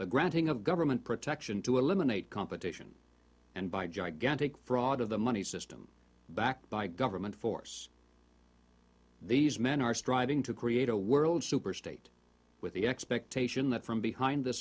the granting of government protection to eliminate competition and by gigantic fraud of the money system backed by government force these men are striving to create a world superstate with the expectation that from behind the